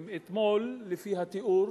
אתמול, לפי התיאור,